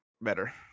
better